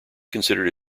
considered